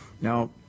Now